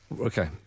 Okay